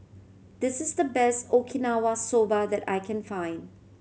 this is the best Okinawa Soba that I can find